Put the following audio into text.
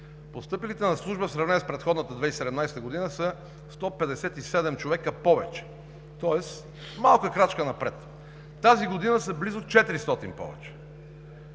постъпилите на служба за 2018 г. в сравнение с предходната 2017 г. са със 157 човека повече. Тоест малка крачка напред. Тази година са близо с 400 повече.